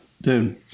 Dude